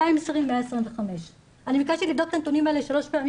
2020 125. ביקשתי לבדוק את הנתונים האלה שלוש פעמים